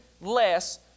less